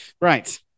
Right